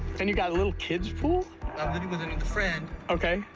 and you got a little kid's pool? i'm living with a friend ok.